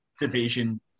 division